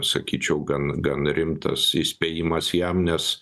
sakyčiau gan gan rimtas įspėjimas jam nes